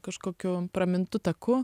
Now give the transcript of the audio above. kažkokiu pramintu taku